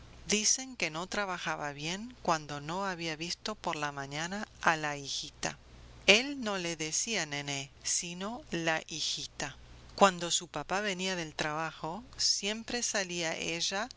dicen que no trabajaba bien cuando no había visto por la mañana a la hijita el no le decía nené sino la hijita cuando su papá venía del trabajo siempre salía ella